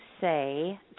say